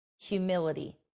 Humility